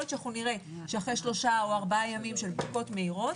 יכול להיות שנראה שאחרי שלושה או ארבעה ימים של בדיקות מהירות,